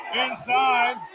inside